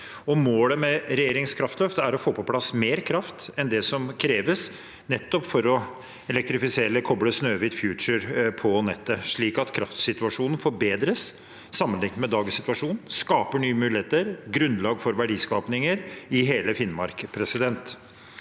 Målet med regjeringens kraftløft er å få på plass mer kraft enn det som kreves, nettopp for å elektrifisere eller å koble Snøhvit Future på nettet, slik at kraftsituasjonen forbedres sammenlignet med dagens situasjon, skaper nye muligheter og gir grunnlag for verdiskaping i hele Finnmark.